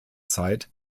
zeit